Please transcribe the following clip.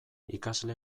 ikasle